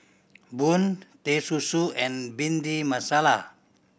bun Teh Susu and Bhindi Masala